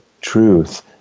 truth